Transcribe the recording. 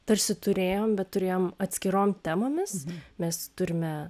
tarsi turėjom bet turėjom atskirom temomis mes turime